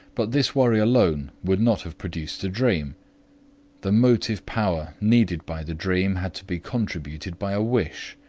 but this worry alone would not have produced a dream the motive power needed by the dream had to be contributed by a wish,